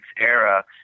era